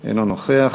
אינו נוכח.